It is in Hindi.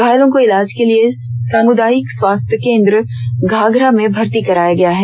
घायलों को इलाज के लिए सामुदायिक स्वास्थ्य केंद्र घाघरा में भर्ती कराया गया है